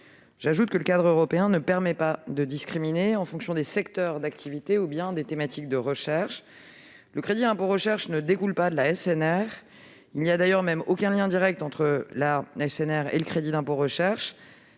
J'ajoute que le cadre européen ne permet pas de discriminer en fonction des secteurs d'activité ou des thématiques de recherche. Le crédit d'impôt recherche ne découle pas de la stratégie nationale de recherche, la SNR ; il n'y a d'ailleurs aucun lien direct entre la SNR et le crédit d'impôt recherche.